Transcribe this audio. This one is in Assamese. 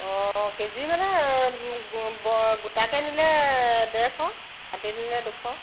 অঁ কেজি মানে গোটাকৈ নিলে ডেৰশ কাটি নিলে দুশ